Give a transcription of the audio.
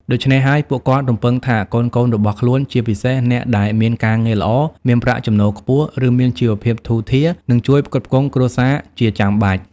ដូច្នេះហើយ ពួកគាត់រំពឹងថាកូនៗរបស់ខ្លួន ជាពិសេសអ្នកដែលមានការងារល្អ មានប្រាក់ចំណូលខ្ពស់ ឬមានជីវភាពធូរធារ នឹងជួយផ្គត់ផ្គង់គ្រួសារជាចាំបាច់។